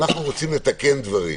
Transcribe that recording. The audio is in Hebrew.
אנחנו רוצים לתקן דברים,